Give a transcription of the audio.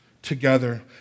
Together